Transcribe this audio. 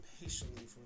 patiently